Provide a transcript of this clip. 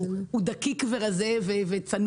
שהוא דקיק וצנום,